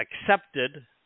accepted